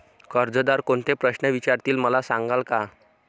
कर्जदार कोणते प्रश्न विचारतील, मला सांगाल का?